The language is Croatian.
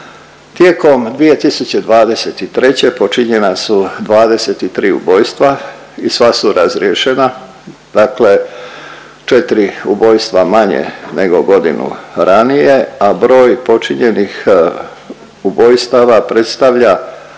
Tijekom 2023. počinjena su 23 ubojstva i sva su razriješena. Dakle 4 ubojstva manje nego godinu ranije, a broj počinjenih ubojstava predstavlja